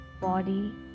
body